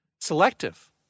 selective